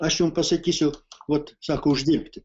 aš jum pasakysiu vot sako uždirbti